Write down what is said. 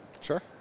Sure